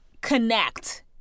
connect